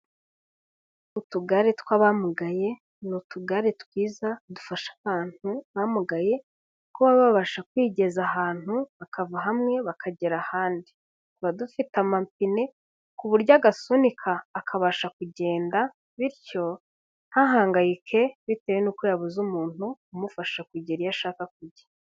Utugare tw'abamugaye, ni utugare twiza dufasha abantu bamugaye kuba babasha kwigeza ahantu bakava hamwe bakagera ahandi. Tuba dufite amapine ku buryo agasunika akabasha kugenda, bityo ntahangayike bitewe n'uko yabuze umuntu umufasha kugera iyo ashaka kujya.